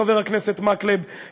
חבר הכנסת מקלב,